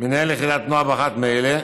מנהל יחידת נוער באחת מאלה: